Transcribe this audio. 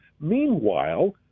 Meanwhile